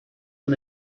von